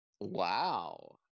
Wow